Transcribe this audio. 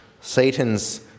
Satan's